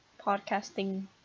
podcasting